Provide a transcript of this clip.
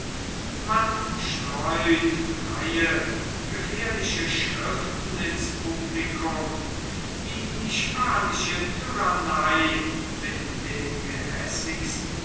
man streut freie gefährliche schriften ins publikum die die spanische tyrannei mit den